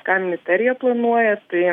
ką ministerija planuoja tai